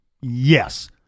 Yes